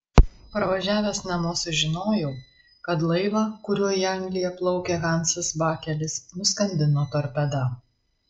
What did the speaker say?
parvažiavęs namo sužinojau kad laivą kuriuo į angliją plaukė hansas bakelis nuskandino torpeda